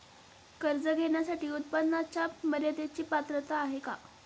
कर्ज घेण्यासाठी उत्पन्नाच्या मर्यदेची पात्रता आहे का?